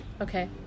Okay